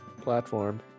platform